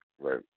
Right